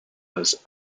his